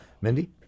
Mindy